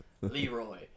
Leroy